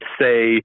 say